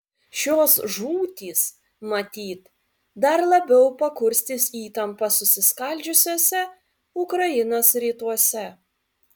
šios žūtys matyt dar labiau pakurstys įtampą susiskaldžiusiuose ukrainos rytuose